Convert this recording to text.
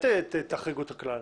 אל תחריגו את הכלל.